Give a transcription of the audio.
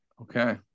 Okay